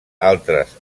altres